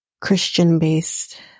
Christian-based